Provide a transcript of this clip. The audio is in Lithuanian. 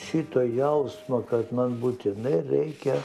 šito jausmo kad man būtinai reikia